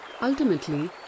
Ultimately